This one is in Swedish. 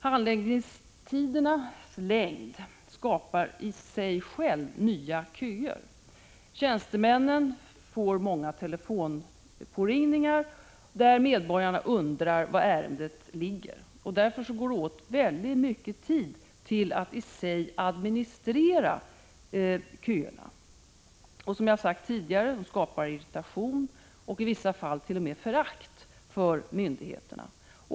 Handläggningstidernas längd skapar i sig nya köer. Tjänstemännen får många telefonpåringningar, där medborgarna undrar var ärendena ligger. Det går därför åt mycket tid för att administrera köerna. Som jag tidigare sagt, skapar detta irritation och i vissa fall t.o.m. förakt för myndigheterna.